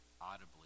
audibly